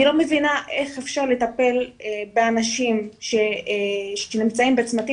אני לא מבינה איך אפשר לטפל באנשים שנמצאים בצמתים